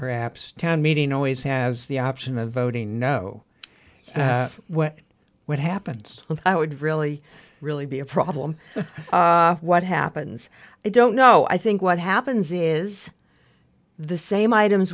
perhaps town meeting always has the option of voting no what would happen i would really really be a problem what happens i don't know i think what happens is the same items